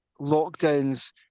lockdowns